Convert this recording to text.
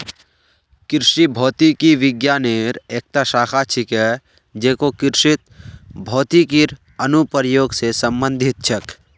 कृषि भौतिकी विज्ञानेर एकता शाखा छिके जेको कृषित भौतिकीर अनुप्रयोग स संबंधित छेक